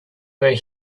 were